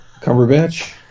Cumberbatch